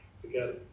together